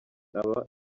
aba